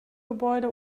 gebäude